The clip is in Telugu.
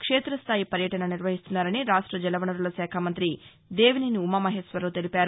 క్షేతస్థాయి పర్యటన నిర్వహిస్తున్నారని రాష్ట్ర జలవనరుల శాఖ మంత్రి దేవినేని ఉమామహేశ్వరరావు తెలిపారు